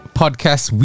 podcast